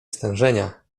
stężenia